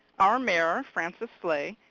our mayor, francis slay,